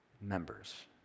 members